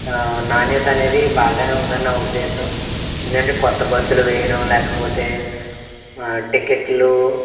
నాణ్యత అనేది బాగానే ఉందని నా ఉద్దేశం ఎందుకంటే కొత్త బస్సులు వెయ్యడం లేకపోతే టికెట్లు